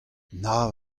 nav